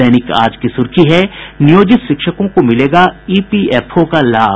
दैनिक आज की सुर्खी है नियोजित शिक्षकों को मिलेगा ईपीएफओ का लाभ